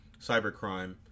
cybercrime